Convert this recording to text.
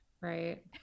right